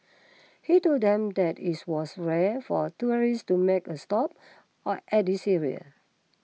he told them that it's was rare for tourists to make a stop or at this area